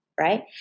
right